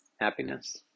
Happiness